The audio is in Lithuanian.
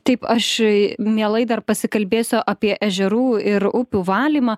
taip aš mielai dar pasikalbėsiu apie ežerų ir upių valymą